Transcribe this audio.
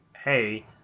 hey